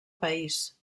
país